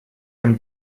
from